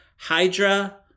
Hydra